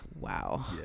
wow